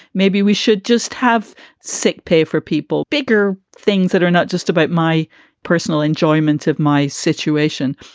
maybe we should just have sick pay for people. bigger things that are not just about my personal enjoyment of my situation.